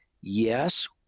yes